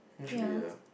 ya